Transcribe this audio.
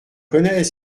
connais